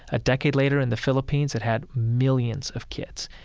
a decade later in the philippines, it had millions of kids.